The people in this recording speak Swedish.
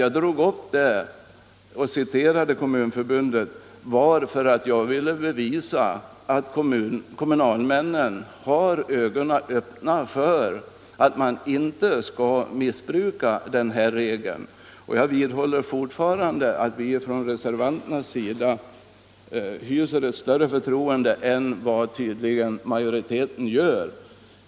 Jag tog upp detta spörsmål och citerade Kommunförbundet därför att jag ville bevisa att kommunalmännen har ögonen öppna för att man inte skall missbruka den här regeln. Jag vidhåller fortfarande att vi från reservanternas sida i utskottet hyser större förtroende för kommunalmännen än vad tydligen utskottsmajoriteten gör.